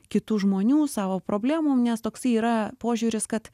kitų žmonių savo problemom nes toksai yra požiūris kad